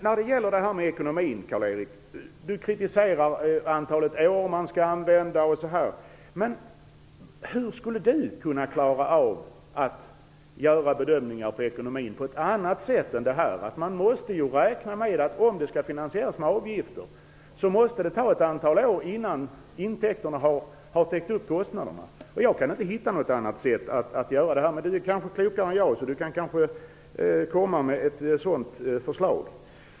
När det gäller ekonomin kritiserar Karl-Erik Persson det antal år som skall användas osv. Men hur skulle Karl-Erik Persson klara av att göra bedömningar om ekonomin på ett annat sätt än detta? Om finanseringen skall ske via avgifter, måste man räkna med att det tar ett antal år innan intäkterna täcker kostnaderna. Jag kan inte finna något annat sätt att klara detta. Men Karl-Erik Persson kanske är klokare än jag, så han kan kanske komma med ett förslag.